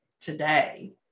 today